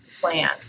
plan